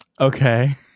Okay